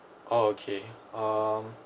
oh okay um